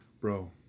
Bro